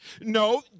No